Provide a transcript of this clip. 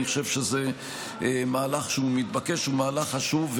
אני חושב שזה מהלך מתבקש, מהלך חשוב.